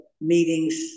meetings